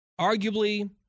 Arguably